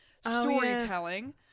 storytelling